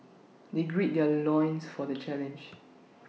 they gird their loins for the challenge